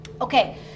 Okay